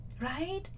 right